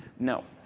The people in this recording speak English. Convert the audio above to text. no.